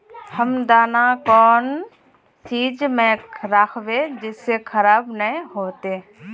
हम दाना कौन चीज में राखबे जिससे खराब नय होते?